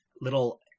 Little